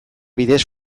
bidez